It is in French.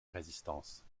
résistance